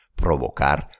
provocar